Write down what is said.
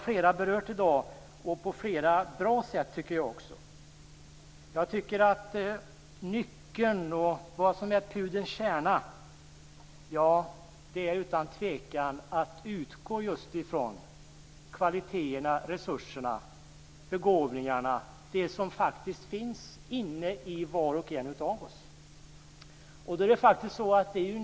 Flera talare i debatten i dag har berört den frågan på ett bra sätt. Pudelns kärna ligger utan tvivel i att utgå från kvaliteterna, resurserna, begåvningarna, det som faktiskt finns inne i var och en av oss.